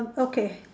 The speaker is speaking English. oh okay